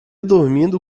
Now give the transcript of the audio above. dormindo